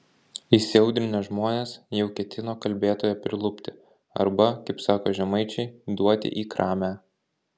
įsiaudrinę žmonės jau ketino kalbėtoją prilupti arba kaip sako žemaičiai duoti į kramę